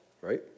right